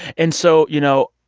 and so, you know,